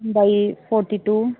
ਲੰਬਾਈ forty to